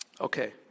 Okay